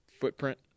footprint